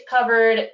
covered